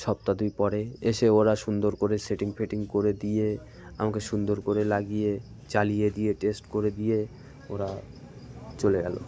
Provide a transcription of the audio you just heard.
সপ্তাহ দুই পরে এসে ওরা সুন্দর করে সেটিং ফেটিং করে দিয়ে আমাকে সুন্দর করে লাগিয়ে চালিয়ে দিয়ে টেস্ট করে দিয়ে ওরা চলে গেলো